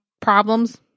problems